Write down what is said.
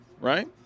right